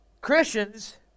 Christians